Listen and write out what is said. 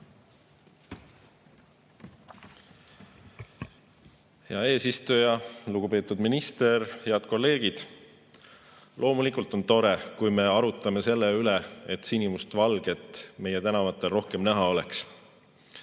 Hea eesistuja! Lugupeetud minister! Head kolleegid! Loomulikult on tore, kui me arutame selle üle, et sinimustvalget meie tänavatel rohkem näha oleks.